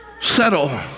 settle